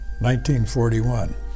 1941